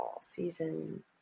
season